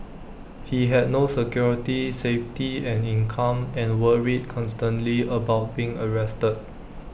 he had no security safety and income and worried constantly about being arrested